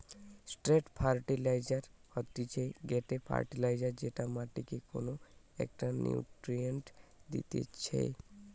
straight fertiliser হতিছে গটে fertiliser যেটা মাটিকে কোনো একটো নিউট্রিয়েন্ট দিতেছে